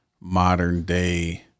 modern-day